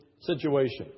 situation